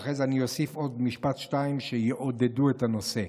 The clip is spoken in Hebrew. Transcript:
ואחרי זה אני אוסיף עוד משפט או שניים שיעודדו את הנושא.